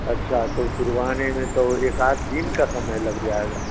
अच्छा तो फ़िर वहाँ जाने में एक आध दिन का समय लग जाएगा